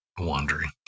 wandering